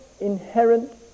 inherent